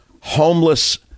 homeless